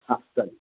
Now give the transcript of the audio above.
हां चालेल